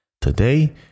Today